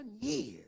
years